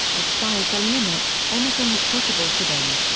the sky is the limit, anything is possible for them.